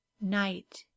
Night